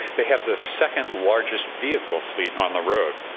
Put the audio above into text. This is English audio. they have the second-largest vehicle fleet on the road.